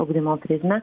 ugdymo prizmę